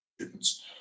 students